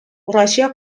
russia